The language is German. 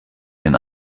den